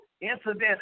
incident